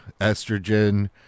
estrogen